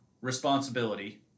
responsibility